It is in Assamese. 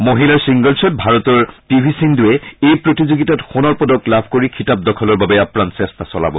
মহিলাৰ ছিংগলছত ভাৰতৰ পি ভি সিঙ্ধুৰে এই প্ৰতিযোগিতাত সোণৰ পদক লাভ কৰি খিতাপ দখলৰ বাবে আপ্ৰাণ চেষ্টা চলাব